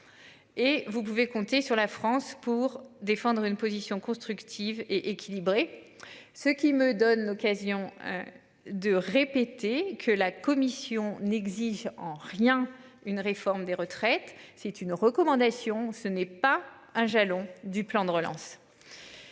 Et vous pouvez compter sur la France pour défendre une position constructive et équilibrée. Ce qui me donne l'occasion. De répéter que la commission n'exigent en rien une réforme des retraites. C'est une recommandation. Ce n'est pas un jalon du plan de relance.